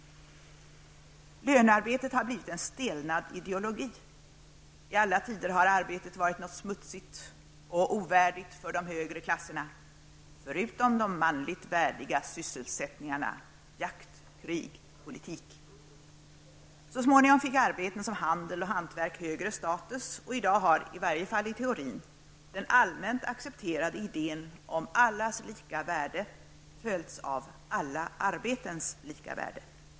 Lönearbetet har blivit en stelnad ideologi. I alla tider har arbetet varit något smutsigt och ovärdigt för de högre klasserna, förutom de manligt värdiga sysselsättningarna jakt, krig och politik. Så småningom fick arbeten som handel och hantverk högre status och i dag har -- i varje fall i teorin -- den allmänt accepterade idén om allas lika värde följts av alla arbetens lika värde.